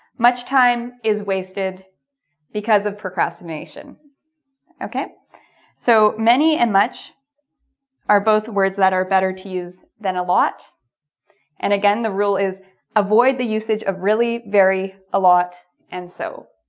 much time is wasted because of procrastination ok so many and much are both words that are better to use than a lot and again the rule is avoid the usage of really vary a lot and so